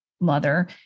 mother